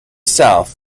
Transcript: south